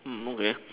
okay